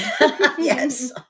yes